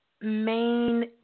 main